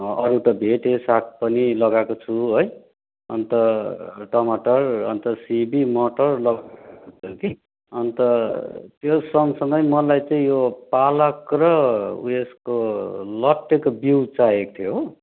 अरू त भेटेँ साग पनि लगाएको छु है अन्त टमाटर अन्त सिमी मटर लगाएको छु कि अन्त त्यो सँगसँगै मलाईँ चाहिँ यो पालक र ऊ यसको लट्टेको बिउ चाहिएको थियो हो